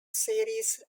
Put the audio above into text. series